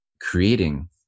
creating